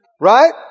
Right